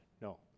No